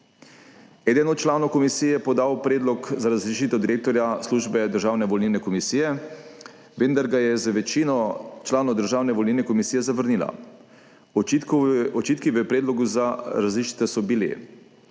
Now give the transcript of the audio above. Eden od članov komisije je podal predlog za razrešitev direktorja službe Državne volilne komisije, vendar ga večina članov Državne volilne komisije zavrnilo. Očitki v predlogu za razrešitev so bili